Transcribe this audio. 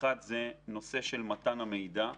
אחד, הנושא של מתן המידע.